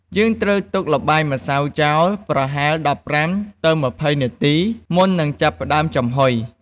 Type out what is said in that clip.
យើងត្រូវទុកល្បាយម្សៅចោលប្រហែល ១៥-២០ នាទី មុននឹងចាប់ផ្តើមចំហុយ។